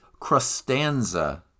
Crustanza